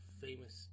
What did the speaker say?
famous